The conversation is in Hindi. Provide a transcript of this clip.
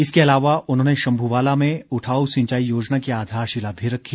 इसके अलावा उन्होंने शम्भूवालां में उठाऊ सिंचाई योजना की आधारशिला भी रखी